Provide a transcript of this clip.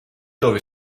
dove